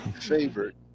favorite